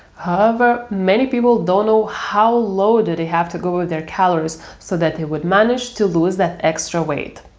however, many people don't know how low do they have to go with their calories so that they would manage to lose that extra weight.